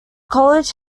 college